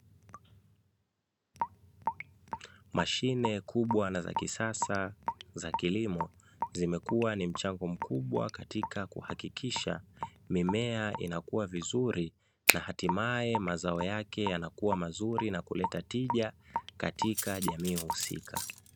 Mashine kubwa na za kisasa za kilimo, zimekuwa ni mchango mkubwa katika kuhakikisha mimea inakua vizuri, na hatimaye mazao yake yanakuwa mazuri na kuleta tija katika jamii husika.